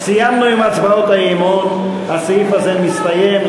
סיימנו עם הצבעות האי-אמון, הסעיף הזה הסתיים.